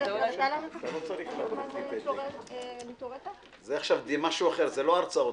זה עכשיו משהו אחר, זה לא הרצאות.